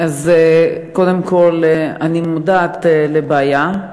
קודם כול, אני מודעת לבעיה.